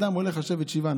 אדם הולך לשבת שבעה.